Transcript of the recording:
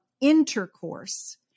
intercourse